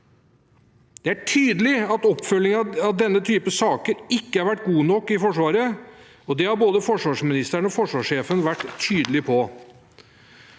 Det er tydelig at oppfølgingen av denne type saker ikke har vært god nok i Forsvaret, og det har både forsvarsministeren og forsvarssjefen vært tydelig på.